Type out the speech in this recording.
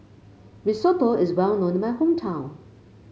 risotto is well known in my hometown